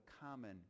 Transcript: common